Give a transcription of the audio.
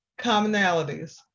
commonalities